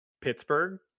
Pittsburgh